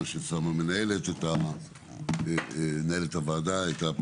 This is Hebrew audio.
לפי מה שמנהלת הוועדה שמה,